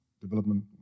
development